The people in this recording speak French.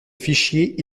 fichiers